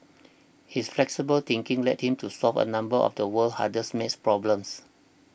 his flexible thinking led him to solve a number of the world's hardest math problems